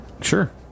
Sure